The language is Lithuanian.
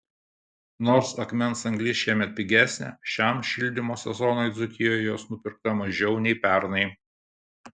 nors akmens anglis šiemet pigesnė šiam šildymo sezonui dzūkijoje jos nupirkta mažiau nei pernai